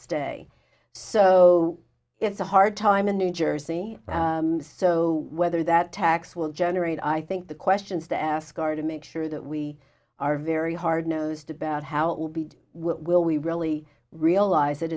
stay so it's a hard time in new jersey so whether that tax will generate i think the questions to ask are to make sure that we are very hard nosed about how it will be will we really realize it